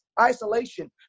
isolation